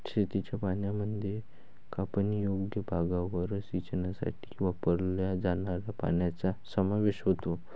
शेतीच्या पाण्यामध्ये कापणीयोग्य भागावर सिंचनासाठी वापरल्या जाणाऱ्या पाण्याचा समावेश होतो